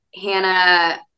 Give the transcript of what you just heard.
Hannah